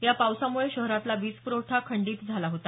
या पावसामुळे शहरातला वीज प्रवठा खंडीत झाला होता